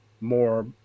more